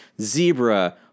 zebra